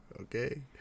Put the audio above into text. Okay